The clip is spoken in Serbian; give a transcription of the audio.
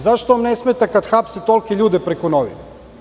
Zašto vam ne smeta kad hapse tolike ljude preko novina?